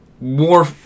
war